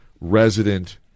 resident